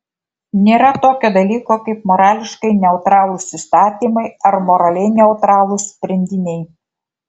nėra tokio dalyko kaip morališkai neutralūs įstatymai ar moraliai neutralūs sprendiniai